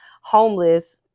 Homeless